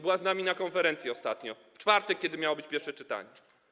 Była z nami na konferencji ostatnio, w czwartek, kiedy miało być pierwsze czytanie.